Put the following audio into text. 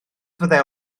fyddai